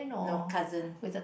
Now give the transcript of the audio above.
no cousin